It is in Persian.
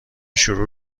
شروع